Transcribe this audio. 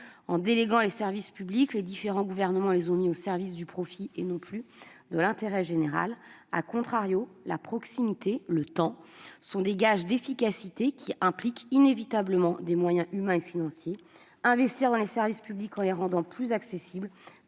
En déléguant les services publics, les différents gouvernements ont mis ces derniers au service du profit et non plus de l'intérêt général., la proximité et le temps sont des gages d'efficacité, qui impliquent inévitablement des moyens humains et financiers. Investir dans les services publics en rendant ceux-ci plus accessibles